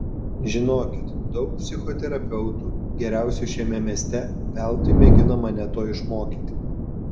žinokit daug psichoterapeutų geriausių šiame mieste veltui mėgino mane to išmokyti